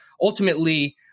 ultimately